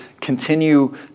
continue